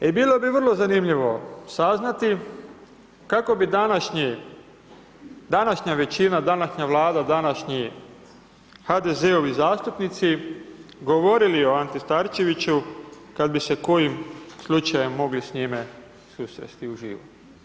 I bilo bi vrlo zanimljivo saznati, kako bi današnja većina, današnja Vlada, današnji HDZ-ovi zastupnici govorili o Anti Starčeviću kad bi se kojim slučajem mogli s njime susresti uživo.